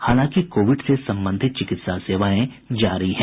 हालांकि कोविड से संबंधित चिकित्सा सेवाएं जारी हैं